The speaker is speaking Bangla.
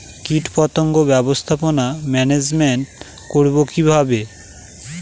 কীটপতঙ্গ ব্যবস্থাপনা ম্যানেজমেন্ট করব কিভাবে?